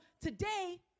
today